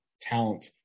talent